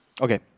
Okay